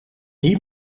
die